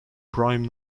prime